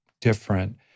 different